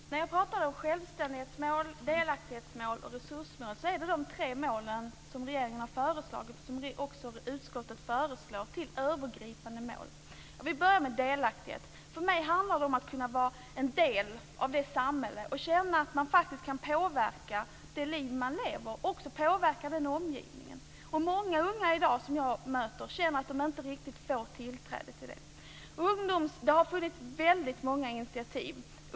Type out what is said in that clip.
Herr talman! När jag pratar om självständighetsmål, delaktighetsmål och resursmål är det de tre mål som regeringen har föreslagit och som även utskottet föreslår som övergripande mål. Jag vill börja med delaktighet. För mig handlar det om att kunna vara en del av det samhälle man lever i och känna att man faktiskt kan påverka det liv man lever och även påverka omgivningen. Många unga som jag möter i dag känner att de inte riktigt får tillträde till det. Det har funnits väldigt många initiativ.